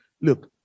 look